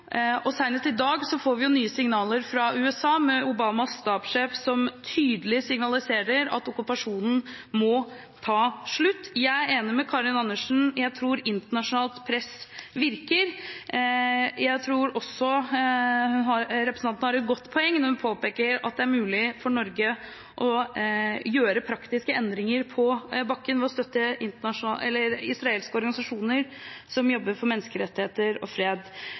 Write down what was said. tostatsløsningen. Senest i dag har vi fått nye signaler fra USA, fra Obamas stabssjef, som tydelig signaliserer at okkupasjonen må ta slutt. Jeg er enig med Karin Andersen. Jeg tror internasjonalt press virker. Jeg tror også representanten har et godt poeng når hun påpeker at det er mulig for Norge å gjøre praktiske endringer på bakken ved å støtte israelske organisasjoner som jobber for menneskerettigheter og fred.